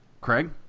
Craig